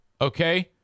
Okay